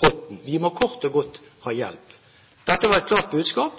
potten. Vi må kort og godt ha hjelp. Dette var et klart budskap